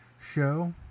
show